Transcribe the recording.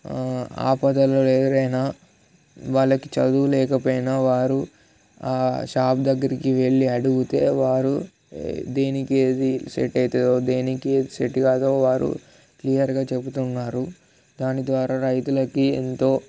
ఆపదలు ఎదురైనా వాళ్ళకి చదువు లేకపోయినా వారు ఆ షాప్ దగ్గరికి వెళ్ళి అడిగితే వారు దేనికి ఏది సెట్ అవుతుందో దేనికి ఏది సెట్ కాదో వారు క్లియర్గా చెబుతున్నారు దాని ద్వారా రైతులకి ఎంతో